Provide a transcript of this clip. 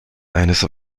eines